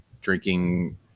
drinking